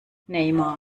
neymar